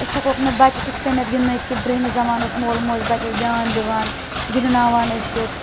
أسۍ ہیٚکوکھ نہٕ بَچہِ تِتھ کٔنیٚتھ گنٛدنٲیِتھ کینٛہہ برٕہمِس زَمانہ اوس مول موج بَچَس دھیان دِوان گِنٛدناوان ٲسِکھ